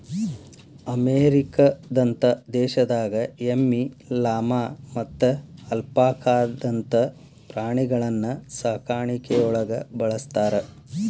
ಅಮೇರಿಕದಂತ ದೇಶದಾಗ ಎಮ್ಮಿ, ಲಾಮಾ ಮತ್ತ ಅಲ್ಪಾಕಾದಂತ ಪ್ರಾಣಿಗಳನ್ನ ಸಾಕಾಣಿಕೆಯೊಳಗ ಬಳಸ್ತಾರ